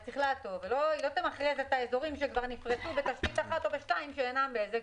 היא לא תמכרז את האזורים שכבר נפרסו בתשתית אחת או בשתיים שאינן בזק.